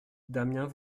damiens